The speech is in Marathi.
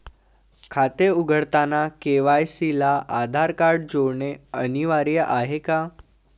खाते उघडताना के.वाय.सी ला आधार कार्ड जोडणे अनिवार्य आहे का?